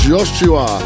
Joshua